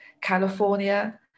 california